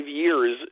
years